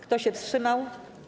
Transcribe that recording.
Kto się wstrzymał?